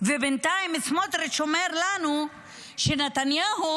ובינתיים סמוטריץ אומר לנו שנתניהו